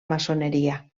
maçoneria